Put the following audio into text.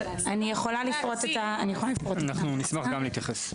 אני יכולה לפרוט -- גם נשמח להתייחס.